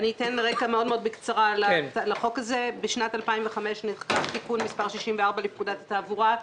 אני אתן רקע בקצרה: בשנת 2005 נחקק תיקון מספר 64 לפקודת התעבורה,